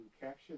capture